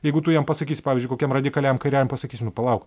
jeigu tu jam pasakysi pavyzdžiui kokiam radikaliam kairiajam pasakysi nu palauk